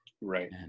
right